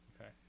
Okay